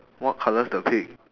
what colour is the pig